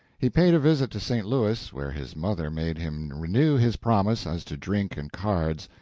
he paid a visit to st. louis, where his mother made him renew his promise as to drink and cards.